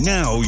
Now